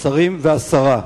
השרים והשרה,